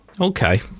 Okay